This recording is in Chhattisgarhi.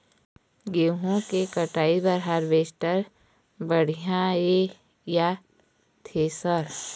गेहूं के कटाई बर हारवेस्टर बढ़िया ये या थ्रेसर?